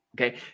Okay